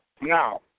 Now